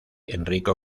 enrico